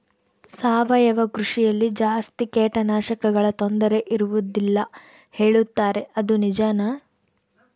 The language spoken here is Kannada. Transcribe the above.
ಸಾವಯವ ಕೃಷಿಯಲ್ಲಿ ಜಾಸ್ತಿ ಕೇಟನಾಶಕಗಳ ತೊಂದರೆ ಇರುವದಿಲ್ಲ ಹೇಳುತ್ತಾರೆ ಅದು ನಿಜಾನಾ?